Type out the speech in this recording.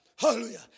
hallelujah